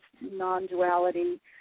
non-duality